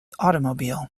automobile